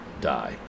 die